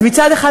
אז מצד אחד,